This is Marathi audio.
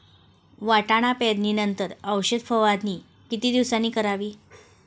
वाटाणा पेरणी नंतर औषध फवारणी किती दिवसांनी करावी?